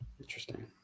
Interesting